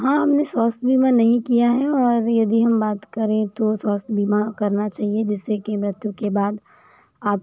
हाँ हमने स्वास्थ्य बीमा नहीं किया है और यदी हम बात करें तो स्वास्थ्य बीमा करना चाहिए जिससे की मृत्यु के बाद आप